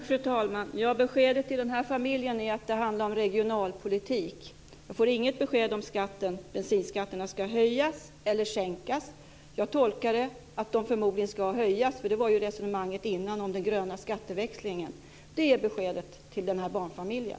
Fru talman! Beskedet till den här familjen är alltså att det handlar om regionalpolitik. Jag får inget besked om huruvida bensinskatterna ska höjas eller sänkas. Jag tolkar det som att de förmodligen ska höjas, för det var ju det resonemanget som fördes tidigare om den gröna skatteväxlingen. Det är beskedet till den här barnfamiljen.